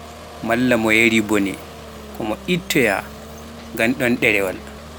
Malla mo yahrii bone ko mo ittoya nganɗon ɗerewal